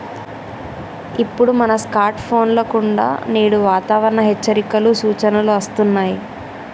ఇప్పుడు మన స్కార్ట్ ఫోన్ల కుండా నేడు వాతావరణ హెచ్చరికలు, సూచనలు అస్తున్నాయి